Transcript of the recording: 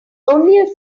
only